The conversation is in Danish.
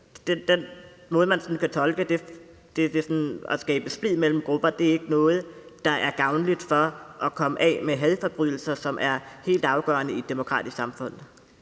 det på, er, at det skaber splid mellem grupper, og det er ikke noget, der er gavnligt for at komme af med hadforbrydelser, som er helt afgørende i et demokratisk samfund.